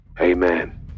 amen